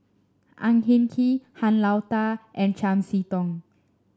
Ang Hin Kee Han Lao Da and Chiam See Tong